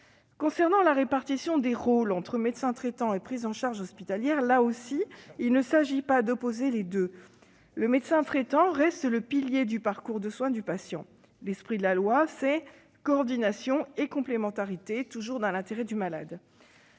viens à la répartition des rôles entre médecin traitant et prise en charge hospitalière, qu'il ne s'agit pas non plus d'opposer l'un à l'autre. Le médecin traitant reste le pilier du parcours de soins du patient. L'esprit de ce texte de loi, c'est la coordination et la complémentarité, toujours dans l'intérêt du malade.